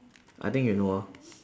I think you know ah